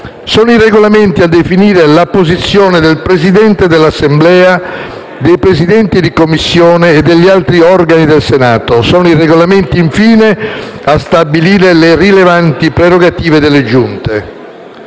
Sono i Regolamenti a definire la posizione del Presidente dell'Assemblea, dei Presidenti di Commissione e degli altri organi del Senato. Sono i Regolamenti, infine, a stabilire le rilevanti prerogative delle Giunte.